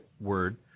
word